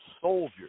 soldiers